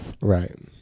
Right